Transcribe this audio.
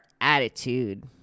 attitude